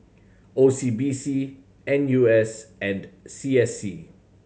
O C B C N U S and C S C